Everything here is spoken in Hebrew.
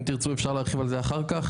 אם תרצו אפשר להרחיב על זה אחר כך,